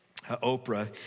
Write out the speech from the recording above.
Oprah